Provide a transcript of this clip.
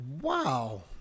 Wow